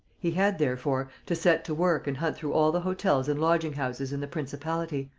he had, therefore, to set to work and hunt through all the hotels and lodging-houses in the principality.